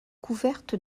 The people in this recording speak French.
couverte